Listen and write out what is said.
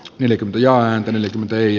nelikymmpi ja enkelit ei